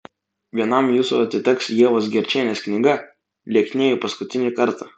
vienam jūsų atiteks ievos gerčienės knyga lieknėju paskutinį kartą